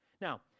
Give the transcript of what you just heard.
Now